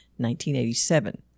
1987